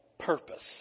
purpose